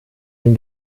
den